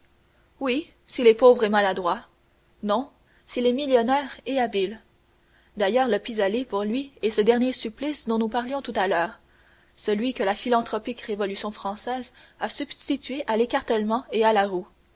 oui s'il est pauvre et maladroit non s'il est millionnaire et habile d'ailleurs le pis-aller pour lui est ce dernier supplice dont nous parlions tout à l'heure celui que la philanthropique révolution française a substitué à l'écartèlement et à la roue